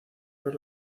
ver